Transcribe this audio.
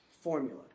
formula